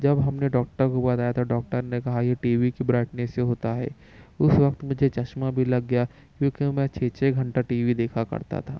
جب ہم نے ڈاکٹر کو بتایا تو ڈاکٹر نے کہا یہ ٹی وی کی برائٹنیس سے ہوتا ہے اس وقت مجھے چشمہ بھی لگ گیا کیونکہ میں چھ چھ گھنٹہ ٹی وی دیکھا کرتا تھا